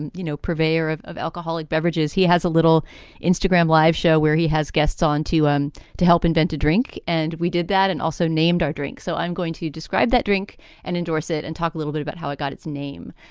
you know, purveyor of of alcoholic beverages. he has a little instagram live show where he has guests on to um to help invent a drink. and we did that and also named our drink. so i'm going to describe that drink and endorse it and talk a little bit about how it got its name.